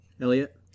Elliot